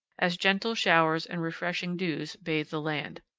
as gentle showers and refreshing dews bathe the land.